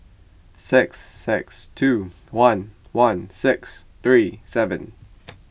six six two one one six three seven